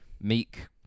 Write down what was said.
meek